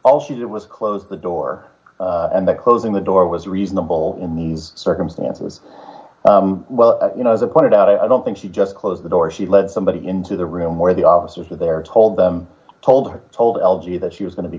all she's it was closed the door and the closing the door was reasonable in these circumstances well you know the pointed out i don't think she just closed the door she let somebody into the room where the officers there told them told her told l g that she was going to be